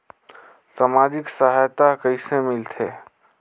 समाजिक सहायता कइसे मिलथे?